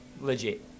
legit